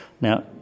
Now